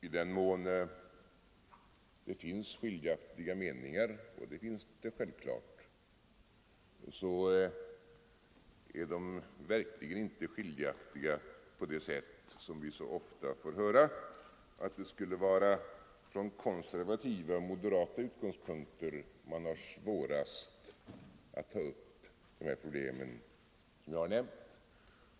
I den mån det finns skiljaktiga meningar — och det finns det självfallet — är de verkligen inte skiljaktiga på det sätt som vi så ofta får höra: att det skulle vara från konservativa, moderata utgångspunkter man har svårast att ta upp de här problemen som jag har nämnt.